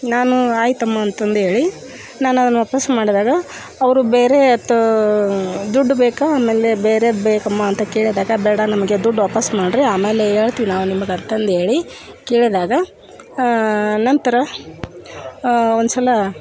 ನಾನು ಆಯಿತಮ್ಮ ಅಂತಂದು ಹೇಳಿ ನಾನು ಅದನ್ನು ವಾಪಸ್ ಮಾಡಿದಾಗ ಅವರು ಬೇರೆ ತ ದುಡ್ಡು ಬೇಕಾ ಆಮೇಲೆ ಬೇರೇದು ಬೇಕಾಮ್ಮ ಅಂತ ಕೇಳಿದಾಗ ಬೇಡ ನಮಗೆ ದುಡ್ಡು ವಾಪಸ್ ಮಾಡಿರಿ ಆಮೇಲೆ ಹೇಳ್ತೀವ್ ನಾವು ನಿಮಗೆ ಅಂತಂದು ಹೇಳಿ ಕೇಳಿದಾಗ ನಂತರ ಒಂದು ಸಲ